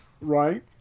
Right